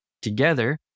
together